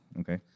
Okay